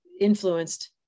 influenced